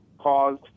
caused